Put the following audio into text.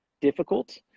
difficult